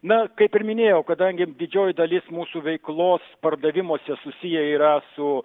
na kaip ir minėjau kadangi didžioji dalis mūsų veiklos pardavimuose susiję yra su